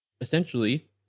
Essentially